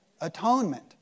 atonement